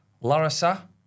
Larissa